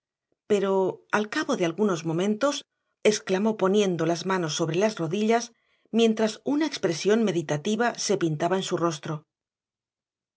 pero al cabo de algunos momentos exclamó poniendo las manos sobre las rodillas mientras una expresión meditativa se pintaba en su rostro